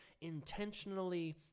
intentionally